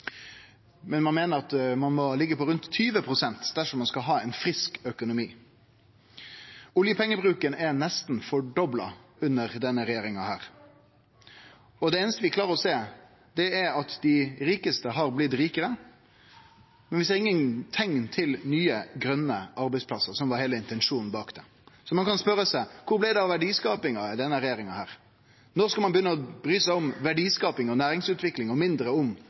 men ein meiner at ein må liggje på rundt 20 pst. dersom ein skal ha ein frisk økonomi. Oljepengebruken er nesten fordobla under denne regjeringa, og det einaste vi klarer å sjå, er at dei rikaste har blitt rikare. Vi ser ingen teikn til nye, grøne arbeidsplassar, som var heile intensjonen bak det. Så ein kan spørje seg: Kvar blei det av verdiskapinga i denne regjeringa? Når skal ein begynne å bry seg om verdiskaping og næringsutvikling og mindre om